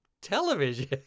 television